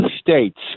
states